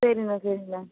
சரிண்ண சரிண்ண